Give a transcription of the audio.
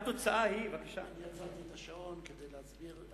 התוצאה היא, עצרתי את השעון כדי להסביר.